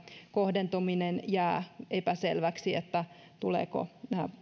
kohdentuminen jää epäselväksi tuleeko tämä